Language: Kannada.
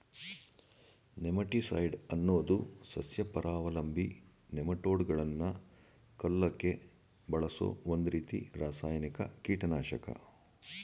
ನೆಮಟಿಸೈಡ್ ಅನ್ನೋದು ಸಸ್ಯಪರಾವಲಂಬಿ ನೆಮಟೋಡ್ಗಳನ್ನ ಕೊಲ್ಲಕೆ ಬಳಸೋ ಒಂದ್ರೀತಿ ರಾಸಾಯನಿಕ ಕೀಟನಾಶಕ